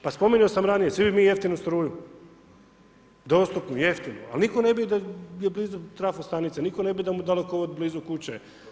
Pa spominjao sam ranije, svi bi mi jeftinu struju, dostupnu, jeftinu, ali nitko ne bi bio blizu trafostanice, nitko ne bi da mu dalekovod blizu kuće.